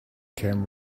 came